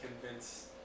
convince